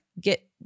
get